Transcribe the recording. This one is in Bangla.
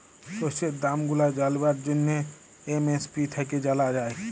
শস্যের দাম গুলা জালবার জ্যনহে এম.এস.পি থ্যাইকে জালা যায়